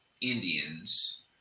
Indians